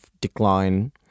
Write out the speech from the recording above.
decline